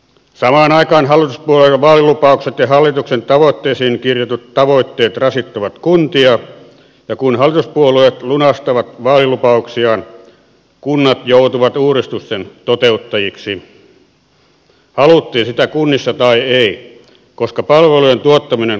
samaan aikaan hallituspuolueiden vaalilupaukset ja hallituksen tavoitteisiin kirjatut tavoitteet rasittavat kuntia ja kun hallituspuolueet lunastavat vaalilupauksiaan kunnat joutuvat uudistusten toteuttajiksi haluttiin sitä kunnissa tai ei koska palvelujen tuottaminen kuuluu kunnille